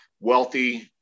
wealthy